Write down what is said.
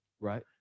Right